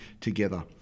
together